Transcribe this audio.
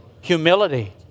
humility